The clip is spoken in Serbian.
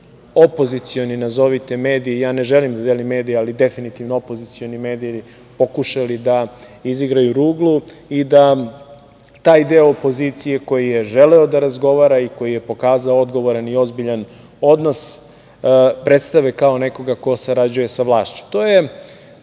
opozicioni, nazovite, mediji, ja ne želim da delim medije, ali definitivno opozicioni mediji, pokušali da izigraju ruglu i da taj deo opozicije koji je želeo da razgovara i koji je pokazao odgovoran i ozbiljan odnos, predstave kao nekoga ko sarađuje sa vlašću. To